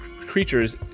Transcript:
creatures